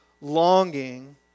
longing